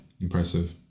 Impressive